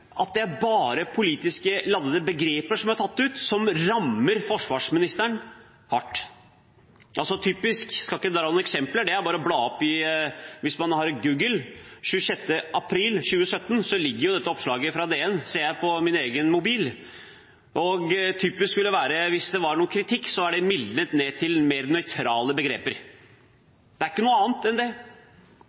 man at det bare er politisk ladede begreper som rammer forsvarsministeren hardt, som er tatt ut. Jeg skal ikke trekke fram noen eksempler. Det er bare å bruke Google – den 26. april 2017 ligger dette oppslaget fra DN ute, ser jeg på min egen mobil. Det typiske er at hvis det er noen kritikk, er den mildnet ned til mer nøytrale begreper. Det er ikke noe annet enn det.